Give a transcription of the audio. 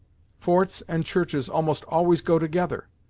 forts and churches almost always go together,